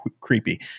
creepy